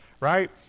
right